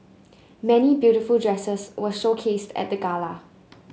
many beautiful dresses were showcased at the Gala